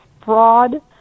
fraud